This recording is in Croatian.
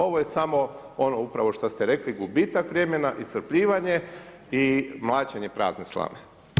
Ovo je samo ono upravo što ste rekli, gubitak vremena, iscrpljivanje i mlaćenje prazne slame.